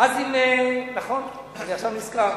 עכשיו נזכר.